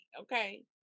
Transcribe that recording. okay